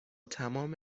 تمام